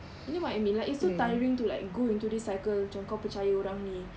you know what I mean like it's so tiring to like go into this cycle macam kau percaya orang ni